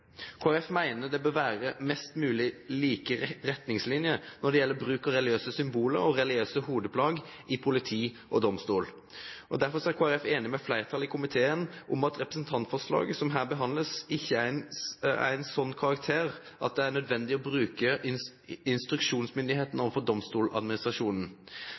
det bør være mest mulig like retningslinjer når det gjelder bruk av religiøse symboler og religiøse hodeplagg i politiet og i domstolene. Derfor er Kristelig Folkeparti enig med flertallet i komiteen om at representantforslaget som her behandles, ikke er av en slik karakter at det er nødvendig å bruke instruksjonsmyndigheten overfor Domstoladministrasjonen.